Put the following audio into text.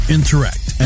Interact